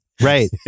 Right